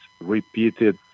repeated